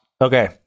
okay